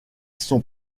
sont